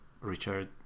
Richard